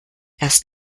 erst